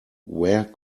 where